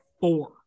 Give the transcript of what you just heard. four